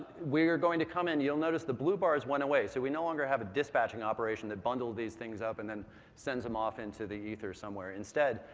going to come in you'll notice the blue bars went away. so we no longer have a dispatching operation that bundled these things up and then sends them off into the ether somewhere. instead,